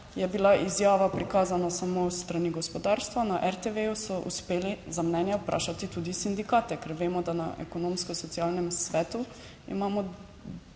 je bila izjava prikazana samo s strani gospodarstva. Na RTV so uspeli za mnenje vprašati tudi sindikate, ker vemo, da na Ekonomsko-socialnem svetu imamo